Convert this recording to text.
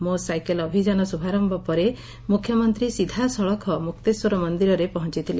ମୋ ସାଇକେଲ୍ ଅଭିଯାନ ଶୁଭାର ମୁଖ୍ୟମନ୍ତୀ ସିଧାସଳଖ ମୁକ୍ତେଶ୍ୱର ମନ୍ଦିରରେ ପହଞ୍ଥଥଲେ